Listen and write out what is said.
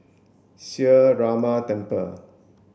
Sree Ramar Temple